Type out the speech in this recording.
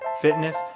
fitness